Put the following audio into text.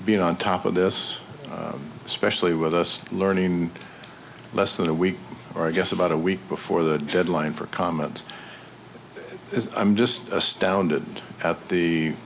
being on top of this especially with us learning in less than a week or i guess about a week before the deadline for comment i'm just astounded at the